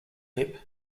lip